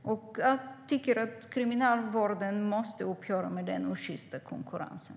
Jag tycker att Kriminalvården måste upphöra med den osjysta konkurrensen.